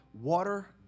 water